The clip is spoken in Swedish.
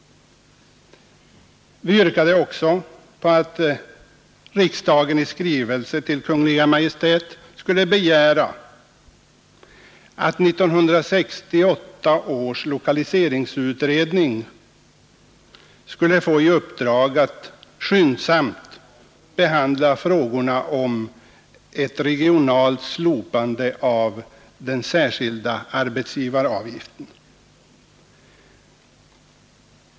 Vi yrkade också på att riksdagen i skrivelse till Kungl. Maj:t skulle begära att 1968 års lokaliseringsutredning skulle få i uppdrag att skyndsamt behandla frågorna om ett regionalt slopande av den särskilda arbetsgivaravgiften.